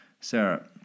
Sarah